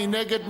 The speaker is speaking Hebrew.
מי נגד?